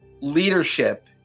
leadership